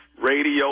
radio